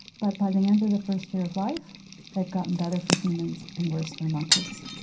but by the end of the first year of life they've gotten better for humans and worse for monkeys.